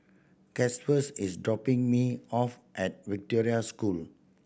Gustavus is dropping me off at Victoria School